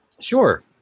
Sure